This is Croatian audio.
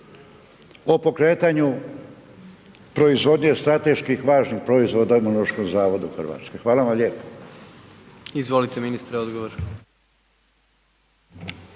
o pokretanju proizvodnje strateški važnih proizvoda Imunološkom zavodu Hrvatske? Hvala vam lijepo. **Jandroković,